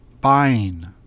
buying